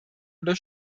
oder